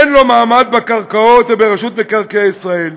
אין לו מעמד בקרקעות וברשות מקרקעי ישראל,